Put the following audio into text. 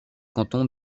canton